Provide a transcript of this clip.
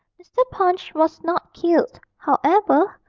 mr. punch was not killed, however,